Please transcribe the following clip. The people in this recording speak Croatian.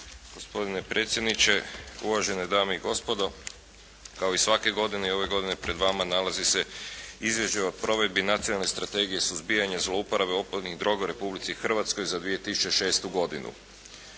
Gospodine predsjedniče, uvažena dame i gospodo, kao i svake godine, i ove godine pred vama nalazi se Izvješće o provedbi Nacionalne strategije i suzbijanje zlouporabe opojnih droga u Republici Hrvatskoj za 2006. godinu.